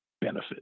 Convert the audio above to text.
benefit